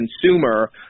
consumer